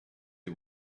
you